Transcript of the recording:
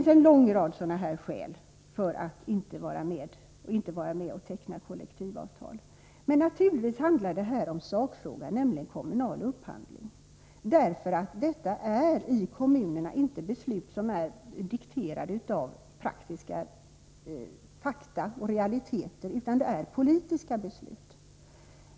Skälen till att man inte vill teckna avtal är som sagt många. Och naturligtvis hänger dessa samman också med sakfrågan, nämligen den kommunala upphandlingen. De beslut det här är fråga om ute i kommunerna är inte dikterade av praktiska fakta och realiteter, utan de är politiska beslut.